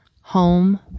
home